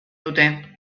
dute